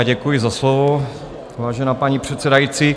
Děkuji za slovo, vážená paní předsedající.